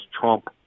trump